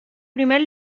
primer